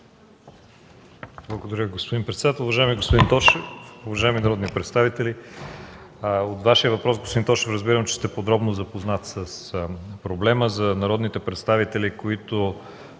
Благодаря, господин председател. Уважаеми господин Тошев, уважаеми народни представители! Господин Тошев, от Вашия въпрос разбирам, че сте подробно запознат с проблема. За народните представители, които